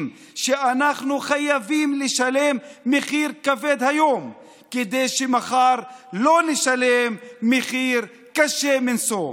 שאנחנו חייבים לשלם מחיר כבד היום כדי שמחר לא נשלם מחיר קשה מנשוא.